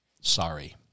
sorry